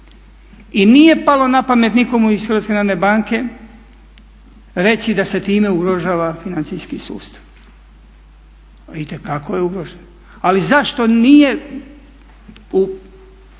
I nije palo na pamet nikomu iz HNB-a reći da se time ugrožava financijski sustav. Itekako je ugrožen, ali zašto nije u